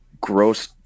gross